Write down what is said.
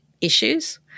issues